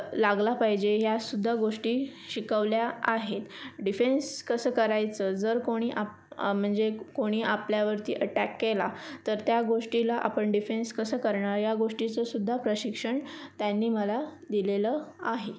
लागला पाहिजे ह्यासुद्धा गोष्टी शिकवल्या आहेत डिफेन्स कसं करायचं जर कोणी आप म्हणजे कोणी आपल्यावरती अटॅक केला तर त्या गोष्टीला आपण डिफेन्स कसं करणार या गोष्टीचं सुद्धा प्रशिक्षण त्यांनी मला दिलेलं आहे